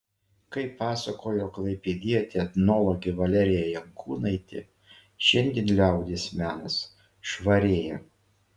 kaip pasakojo klaipėdietė etnologė valerija jankūnaitė šiandien liaudies menas švarėja